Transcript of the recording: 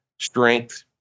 strength